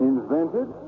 Invented